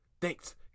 Thanks